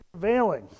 prevailing